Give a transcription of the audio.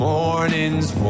morning's